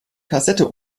kassette